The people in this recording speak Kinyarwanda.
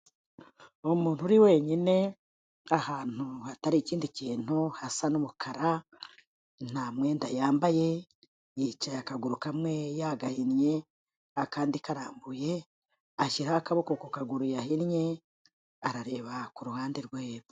Umuntu uri wenyine ahantu hatari ikindi kintu hasa n'umukara nta mwenda yambaye yicaye akaguru kamwe yagahinnye akandi karambuye, ashyiraho akaboko ku kaguru yahinnye arareba ku ruhande rwo hepfo.